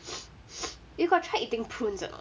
you got try eating prunes or not